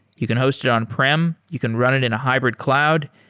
you can host it on-prem, you can run it in a hybrid cloud,